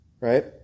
right